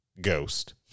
Ghost